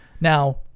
Now